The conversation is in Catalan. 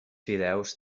fideus